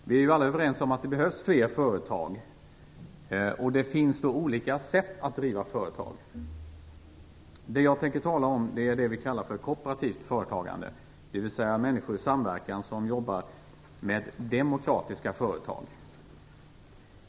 Vi är ju alla överens om att det behövs fler företag. Det finns olika sätt att driva företag. Det jag tänker tala om är det vi kallar för kooperativt företagande, dvs. människor i samverkan som jobbar med demokratiska företag.